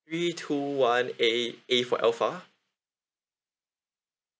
V two one A A for alpha